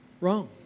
wrong